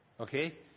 Okay